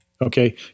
Okay